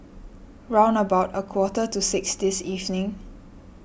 round about a quarter to six this evening